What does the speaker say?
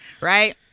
right